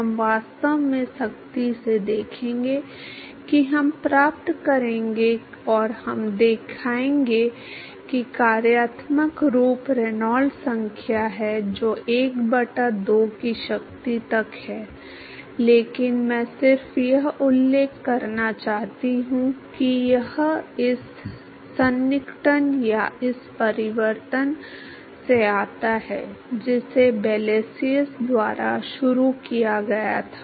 हम वास्तव में सख्ती से देखेंगे कि हम प्राप्त करेंगे और हम दिखाएंगे कि कार्यात्मक रूप रेनॉल्ड्स संख्या है जो 1 बटा 2 की शक्ति तक है लेकिन मैं सिर्फ यह उल्लेख करना चाहता था कि यह इस सन्निकटन या इस परिवर्तन से आता है जिसे ब्लासियस द्वारा शुरू किया गया था